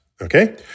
okay